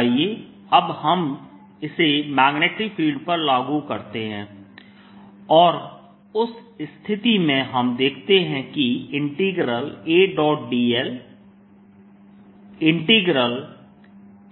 आइए अब हम इसे मैग्नेटिक फील्ड पर लागू करते हैं और उस स्थिति में हम देखते हैं कि